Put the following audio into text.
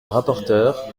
rapporteure